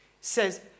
says